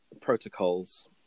protocols